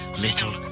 little